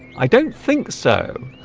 i don't think so